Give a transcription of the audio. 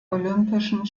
olympischen